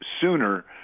sooner